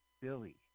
Billy